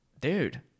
Dude